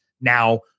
now